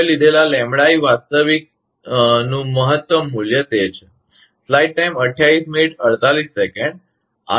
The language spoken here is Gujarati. તમે લીધેલા વાસ્તવિકનું મહત્તમ મૂલ્ય તે છે